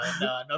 no